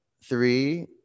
three